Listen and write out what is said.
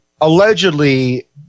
allegedly